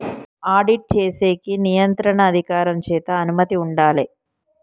audit చేసేకి నియంత్రణ అధికారం చేత అనుమతి ఉండాలే